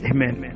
Amen